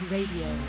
Radio